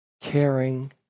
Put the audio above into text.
caring